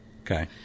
Okay